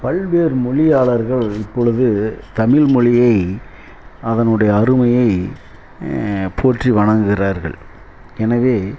பல்வேறு மொழியாளர்கள் இப்பொழுது தமிழ் மொழியை அதனுடைய அருமையை போற்றி வணங்குகிறார்கள் எனவே